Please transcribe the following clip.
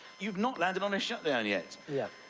you've not landed on a shutdown yet. yeah.